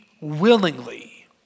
willingly